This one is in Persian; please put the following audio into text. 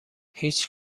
هیچ